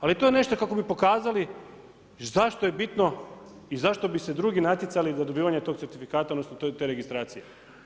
Ali to je nešto kako bi pokazali zašto je bitno i zašto bi se drugi natjecali za dobivanje tog certifikata odnosno te registracije.